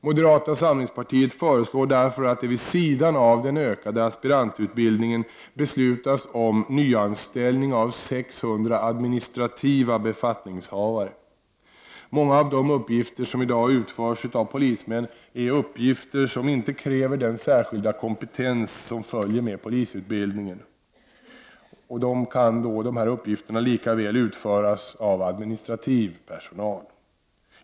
Moderata samlingspartiet föreslår därför att det vid sidan av den ökade aspirantutbildningen beslutas om nyanställning av 600 administrativa befattningshavare. Många av de uppgifter som i dag utförs av polismän är uppgifter som inte kräver den särskilda kompetens som följer med polisutbildningen, varför de likaväl kan utföras av administrativ personal.